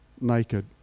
Naked